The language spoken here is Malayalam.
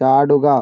ചാടുക